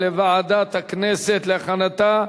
לוועדת הכנסת נתקבלה.